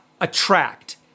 attract